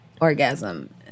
orgasm